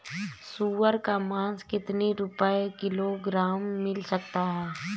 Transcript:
सुअर का मांस कितनी रुपय किलोग्राम मिल सकता है?